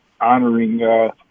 honoring